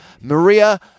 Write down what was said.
Maria